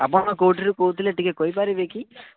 ଆପଣ କେଉଁଠିରୁ କହୁଥିଲେ ଟିକେ କହିପାରିବେ କି